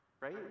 right